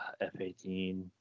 f-18